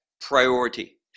priority